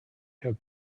had